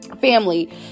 family